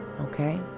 okay